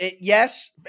yes